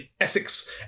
Essex